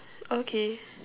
okay